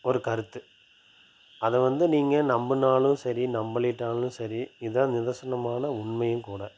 ஒரு கருத்து அதை வந்து நீங்கள் நம்பினாலும் சரி நம்பலிட்டாலும் சரி இதான் நிதர்சனமான உண்மையும் கூட